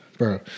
Bro